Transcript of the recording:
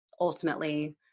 ultimately